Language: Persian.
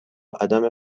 عدم